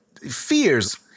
Fears